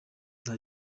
nta